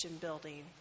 Building